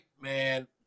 man